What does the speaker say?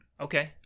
Okay